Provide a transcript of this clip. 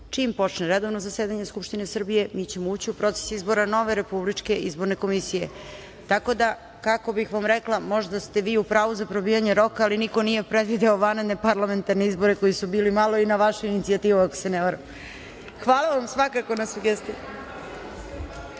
Čim počne redovno zasedanje Skupštine Srbije, mi ćemo ući u proces izbora nove RIK. Tako da, kako bih vam rekla, možda ste vi u pravu za probijanje roka, ali niko nije predvideo vanredne parlamentarne izbore koji su bili malo i na vašu inicijativu, ako se ne varam. Hvala vam svakako na sugestiji. Imate